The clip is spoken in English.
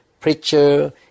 preacher